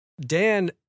Dan